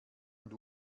und